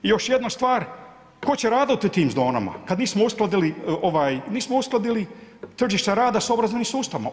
I još jedna stvar tko će raditi u tim zonama, kad nismo uskladili tržište rada sa obrazovnim sustavom.